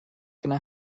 going